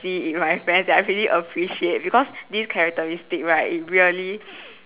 I see in my friends I really appreciate because this characteristics right it really